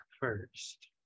first